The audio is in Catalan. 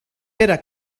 pere